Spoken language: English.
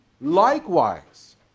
likewise